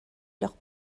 leur